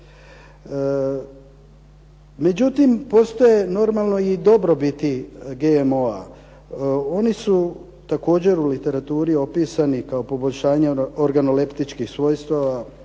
Međutim, postoje normalno i dobrobiti GMO-a. Oni su također u literaturi opisani kao poboljšanje organoleptičkih svojstava,